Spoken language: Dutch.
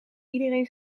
iedereen